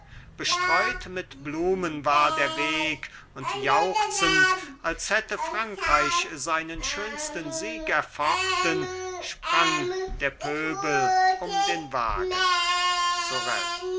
bestreut mit blumen war der weg und jauchzend als hätte frankreich seinen schönsten sieg erfochten sprang der pöbel um den wagen sorel